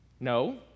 No